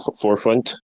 forefront